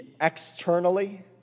externally